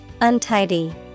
Untidy